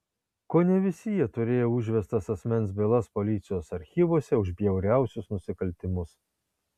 kone visi jie turėjo užvestas asmens bylas policijos archyvuose už bjauriausius nusikaltimus